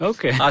Okay